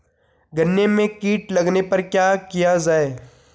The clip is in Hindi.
गन्ने में कीट लगने पर क्या किया जाये?